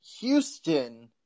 Houston